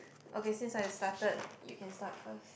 okay since I started you can start first